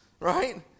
Right